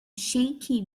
shaky